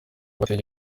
bateye